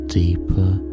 deeper